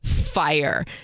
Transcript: fire